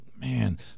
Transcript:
man